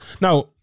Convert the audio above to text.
Now